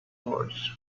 words